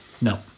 No